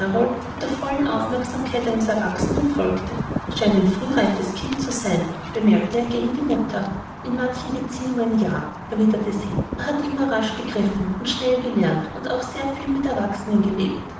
mit der vollen aufmerksamkeit eines erwachsenen folgte scheint ein frühreifes kind zu sein bemerkte er gegen die mutter in manchen beziehungen ja erwiderte sie er hat immer rasch begriffen und schnell gelernt und auch sehr viel mit erwachsenen gelebt